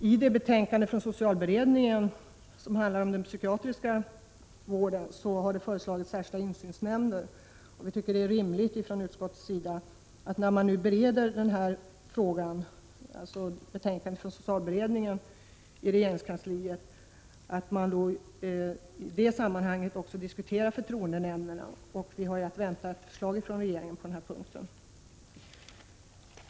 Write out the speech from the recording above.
I betänkandet från socialberedningen om bl.a. den psykiatriska vården har föreslagits särskilda insynsnämnder. Vi tycker från utskottets sida att det är rimligt att man vid beredningen inom regeringskansliet av socialberedningens betänkande också diskuterar förtroendenämnderna. Vi har också att vänta ett förslag från regeringen på denna punkt.